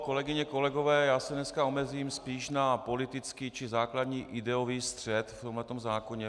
Kolegyně, kolegové, já se dneska omezím spíš na politický či základní ideový střet v tomhle zákoně.